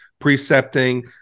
precepting